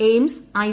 AIIMS I